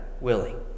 willing